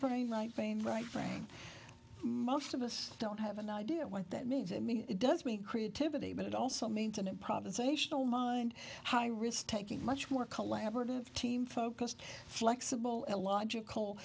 brain most of us don't have an idea what that means i mean it does mean creativity but it also means an improvisational mind high risk taking much more collaborative team focused flexible illogical